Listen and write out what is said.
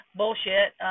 bullshit